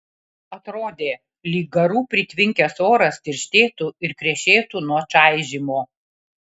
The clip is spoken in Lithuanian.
atrodė lyg garų pritvinkęs oras tirštėtų ir krešėtų nuo čaižymo